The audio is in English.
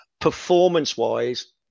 Performance-wise